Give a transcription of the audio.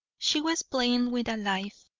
she was playing with a life,